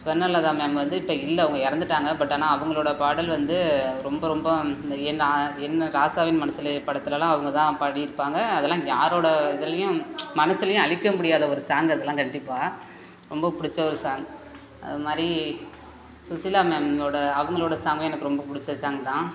Swarnalatha ma'am வந்து இப்போ இல்லை அவங்க இறந்துட்டாங்க பட் ஆனால் அவங்களோட பாடல் வந்து ரொம்ப ரொம்ப இந்த என் நான் என் ராசாவின் மனசிலே படத்துலெல்லாம் அவங்கதான் பாடிருப்பாங்க அதெல்லாம் யாரோட இதுலையும் மனசுலையும் அழிக்கமுடியாத ஒரு சாங் அதெல்லாம் கண்டிப்பாக ரொம்ப பிடிச்ச ஒரு சாங் அதுமாதிரி சுசிலா மேமோட அவங்களோட சாங்கும் எனக்கு ரொம்ப பிடிச்ச சாங் தான்